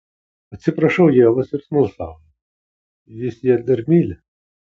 atsiprašau ievos ir smalsauju jis ją dar myli